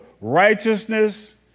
righteousness